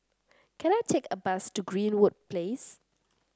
can I take a bus to Greenwood Place